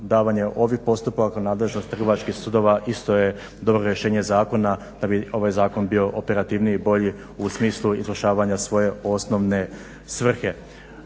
ovih postupaka u nadležnost Trgovačkih sudova isto je dobro rješenje zakona da bi ovaj zakon bio operativniji, bolji u smislu izglasavanja svoje osnovne svrhe.